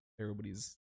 everybody's